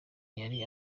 yari